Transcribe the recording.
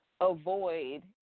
avoid